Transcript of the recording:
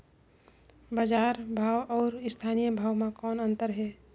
बजार भाव अउ स्थानीय भाव म कौन अन्तर हे?